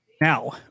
Now